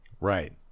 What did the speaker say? Right